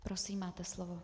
Prosím, máte slovo.